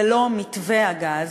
ולא "מתווה הגז",